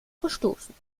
verstoßen